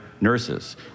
nurses